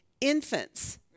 infants